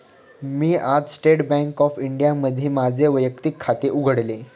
मी आज state bank of इंडियामध्ये माझे वैयक्तिक खाते उघडले